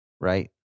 right